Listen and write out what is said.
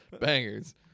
Bangers